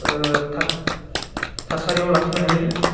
थासारियाव लाखिनो हायो